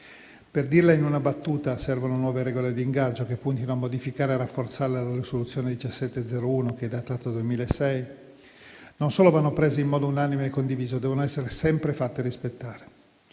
Per dirla in una battuta, servono nuove regole d'ingaggio che puntino a modificare e rafforzare la risoluzione n. 1701, datata 2006, che non solo vanno prese in modo unanime e condiviso, ma devono essere sempre fatte rispettare.